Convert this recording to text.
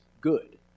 good